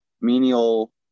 menial